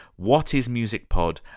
whatismusicpod